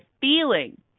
feeling